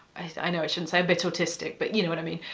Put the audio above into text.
i know it shouldn't say a bit autistic, but you know what i mean?